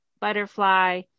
butterfly